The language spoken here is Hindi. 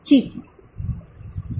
ठीक है